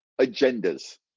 agendas